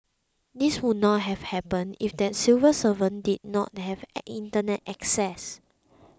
this would not have happened if that civil servant did not have Internet access